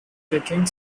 taking